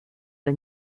the